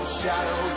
shadow